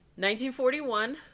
1941